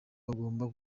bagomba